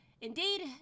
indeed